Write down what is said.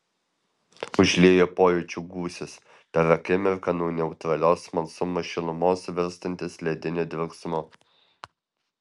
užlieja pojūčių gūsis per akimirką nuo neutralios smalsumo šilumos virstantis lediniu dvelksmu